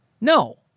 No